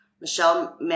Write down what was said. Michelle